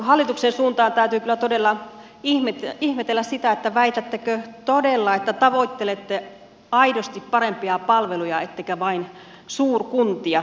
hallituksen suuntaan täytyy kyllä todella ihmetellä sitä väitättekö todella että tavoittelette aidosti parempia palveluja ettekä vain suurkuntia